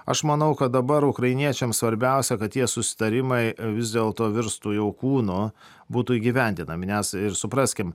aš manau kad dabar ukrainiečiam svarbiausia kad tie susitarimai vis dėlto virstų jau kūnu būtų įgyvendinami nes ir supraskim